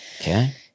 Okay